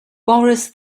boris